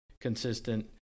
consistent